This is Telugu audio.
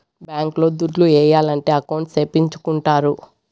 బ్యాంక్ లో దుడ్లు ఏయాలంటే అకౌంట్ సేపిచ్చుకుంటారు